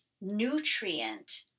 nutrient